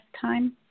time